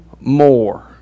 more